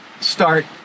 start